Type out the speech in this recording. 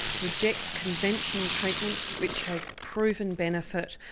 rejects conventional treatment which has proven benefit,